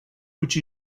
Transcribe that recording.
which